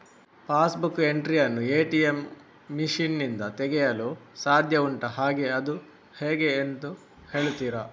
Pass book entry ಯನ್ನು ATM machine ನಿಂದ ತೆಗೆಯಲು ಸಾಧ್ಯ ಉಂಟಾ ಹಾಗೆ ಅದು ಹೇಗೆ ಎಂದು ಹೇಳುತ್ತೀರಾ?